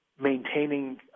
maintaining